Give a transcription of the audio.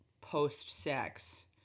post-sex